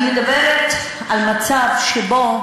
אני מדברת על מצב שבו,